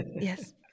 Yes